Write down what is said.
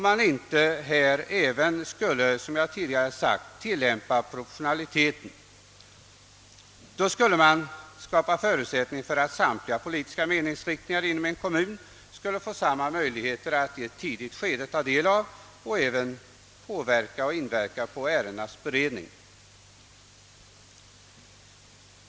Men om — som jag tidigare sagt — man tillämpade proportionaliteten, skulle förutsättningar skapas för att samtliga politiska meningsriktningar inom en kommun skulle få samma möjlighet att i ett tidigt skede ta del av och även påverka ärendenas beredning.